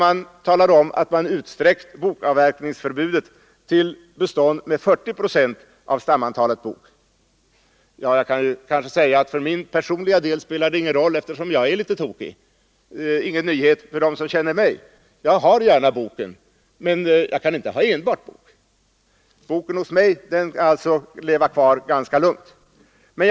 Man talar om att man utsträckt bokavverkningsförbudet till bestånd med 40 procent bok av hela stamantalet. För min personliga del spelar det ingen roll, eftersom jag är — som man säger — litet tokig. Det är ingen nyhet för dem som känner mig. Jag har gärna bok i mina skogar — men jag kan inte ha enbart bok. Boken kan leva kvar hos mig ganska lugnt, dock på en begränsad areal.